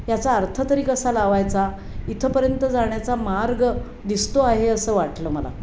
याचा अर्थ तरी कसा लावायचा इथंपर्यंत जाण्याचा मार्ग दिसतो आहे असं वाटलं मला